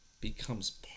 becomes